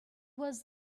was